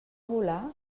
volar